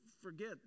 forget